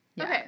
Okay